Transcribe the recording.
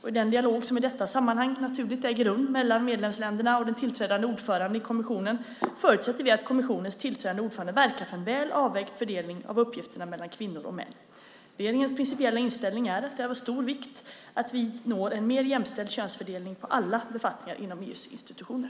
I den dialog som i detta sammanhang naturligt äger rum mellan medlemsländerna och den tillträdande ordföranden i kommissionen förutsätter vi att kommissionens tillträdande ordförande verkar för en väl avvägd fördelning av uppgifterna mellan kvinnor och män. Regeringens principiella inställning är att det är av stor vikt att vi når en mer jämställd könsfördelning på alla befattningar inom EU:s institutioner.